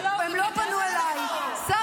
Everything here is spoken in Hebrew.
הם לא פנו אליי --- לא,